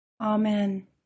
Amen